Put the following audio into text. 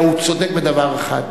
אלא הוא צודק בדבר אחד,